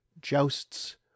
jousts